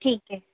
ٹھیک ہے